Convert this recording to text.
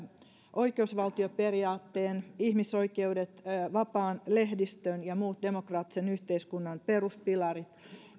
oikeusvaltioperiaatteen ihmisoikeudet vapaan lehdistön ja muut demokraattisen yhteiskunnan peruspilarit